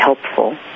helpful